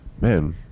man